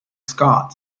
scott